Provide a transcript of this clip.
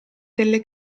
delle